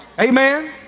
Amen